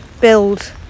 build